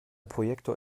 projektor